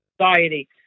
society